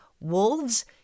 wolves